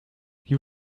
you